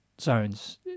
zones